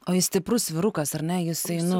o jis stiprus vyrukas ar ne jisai nu